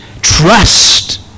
Trust